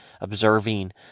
observing